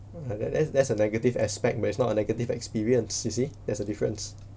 uh that that that's a negative aspect but it's not a negative experience you see there's a difference